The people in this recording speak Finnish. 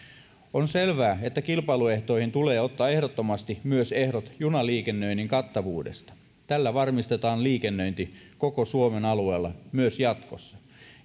on selvää että kilpailuehtoihin tulee ottaa ehdottomasti myös ehdot junaliikennöinnin kattavuudesta tällä varmistetaan liikennöinti koko suomen alueella myös jatkossa